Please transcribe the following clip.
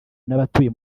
n’abatuye